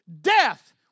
Death